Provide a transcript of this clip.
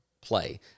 play